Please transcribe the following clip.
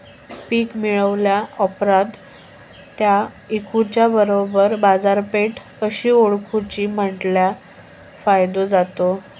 पीक मिळाल्या ऑप्रात ता इकुच्या बरोबर बाजारपेठ कशी ओळखाची म्हटल्या फायदो जातलो?